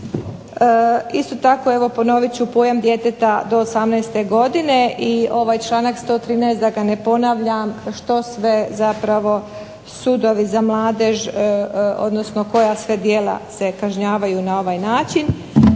Isto tako, evo ponovit ću pojam djeteta do 18 godine i ovaj članak 113. da ga ne ponavljam što sve zapravo sudovi za mladež, odnosno koja sve djela se kažnjavaju na ovaj način.